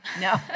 No